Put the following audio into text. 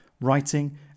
writing